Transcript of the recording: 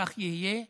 כך יהיה.